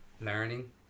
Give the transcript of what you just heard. learning